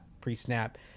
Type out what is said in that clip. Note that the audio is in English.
pre-snap